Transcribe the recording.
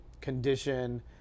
condition